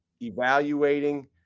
evaluating